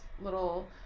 little